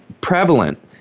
prevalent